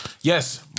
Yes